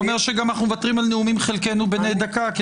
זה אומר שאנחנו מוותרים על נאומים בני דקה.